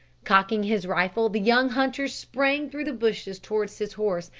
cocking his rifle, the young hunter sprang through the bushes towards his horse,